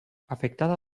afectada